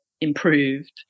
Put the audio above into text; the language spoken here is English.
improved